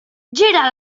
gira